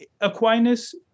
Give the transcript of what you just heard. Aquinas